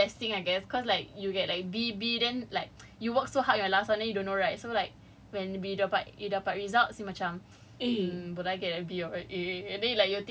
no but it's also like sometimes a a blessing I guess cause like you get like B B then like you work so hard on your last one then you don't know right so like when we dapat results you macam